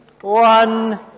one